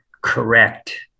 correct